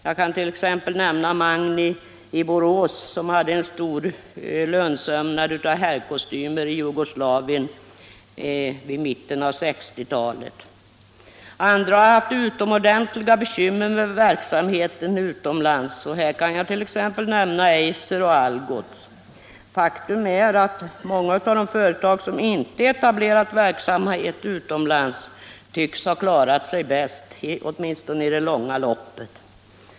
Jag kan som exempel nämna Magni i Borås, som hade en stor lönsömnad av herrkostymer i Jugoslavien vid mitten av 1960-talet. Andra företag har haft utomordentligt stora bekymmer med verksamheten utomlands. Här kan jag som exempel nämna Eiser och Algots. Faktum är att många av de företag som inte etablerat verksamhet utomlands tycks klara sig bäst, åtminstone i det långa loppet.